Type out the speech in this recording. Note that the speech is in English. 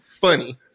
funny